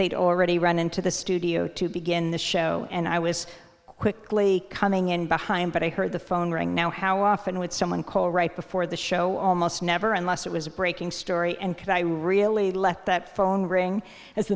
eight already run into the studio to begin the show and i was quickly coming in behind but i heard the phone ring now how often would someone call right before the show almost never unless it was a breaking story and i really left that phone ring as